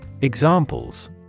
Examples